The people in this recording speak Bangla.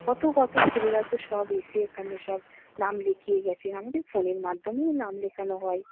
কত কত ছেলেরা তো সব এসে এখানে সব নাম লিখিয়ে গেছেন আমাদের ফোনের মাধ্যমেই নাম লেখানো হয়